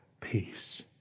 peace